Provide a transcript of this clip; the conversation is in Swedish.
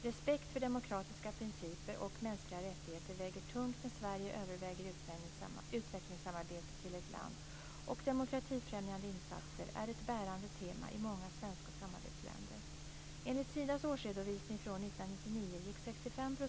Respekt för demokratiska principer och mänskliga rättigheter väger tungt när Sverige överväger utvecklingssamarbete till ett land, och demokratifrämjande insatser är ett bärande tema i många svenska samarbetsländer.